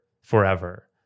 forever